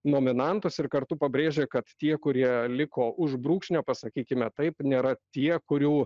nominantus ir kartu pabrėžė kad tie kurie liko už brūkšnio pasakykime taip nėra tie kurių